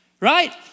right